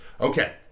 okay